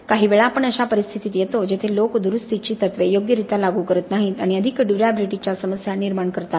काहीवेळा आपण अशा परिस्थितीत येतो जेथे लोक दुरुस्तीची तत्त्वे योग्यरित्या लागू करत नाहीत आणि अधिक ड्युर्याबिलिटीच्या समस्या निर्माण करतात